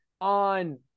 on